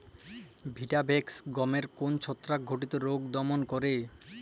Vitavax গমের কোন ছত্রাক ঘটিত রোগ দমন করে?